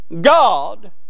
God